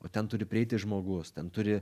o ten turi prieiti žmogus ten turi